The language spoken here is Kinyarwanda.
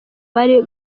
bari